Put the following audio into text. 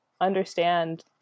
understand